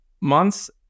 Months